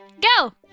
Go